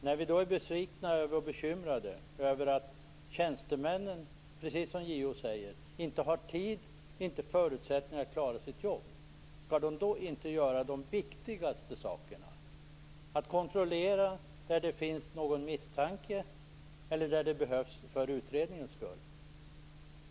När vi är besvikna eller bekymrade över att tjänstemännen, precis som JO säger, inte har tid eller förutsättningar att klara sitt jobb, skall de då inte göra det som är viktigast, dvs. kontrollera där det finns någon misstanke eller där det behövs för utredningens skull?